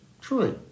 Truly